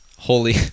Holy